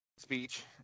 speech